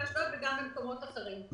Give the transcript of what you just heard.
באשדוד וגם במקומות אחרים.